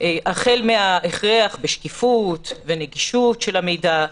החל מהכרח בשקיפות ונגישות של המידע.